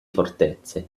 fortezze